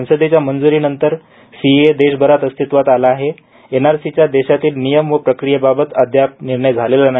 संसदेच्या मंजुरीनंतर सीएए देशभरात अस्तित्वात आला आहे एनआरसीच्या देशातील नियम व प्रक्रियेबाबत अद्याप निर्णय झालेला नाही